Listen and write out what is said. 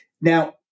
Now